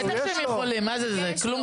בטח שהם יכולים, זה כלום כסף.